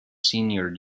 senior